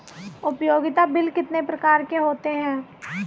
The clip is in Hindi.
उपयोगिता बिल कितने प्रकार के होते हैं?